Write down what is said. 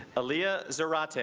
aliyah zarar